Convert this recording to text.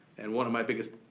and one of my biggest,